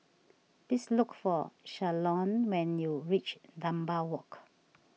please look for Shalon when you reach Dunbar Walk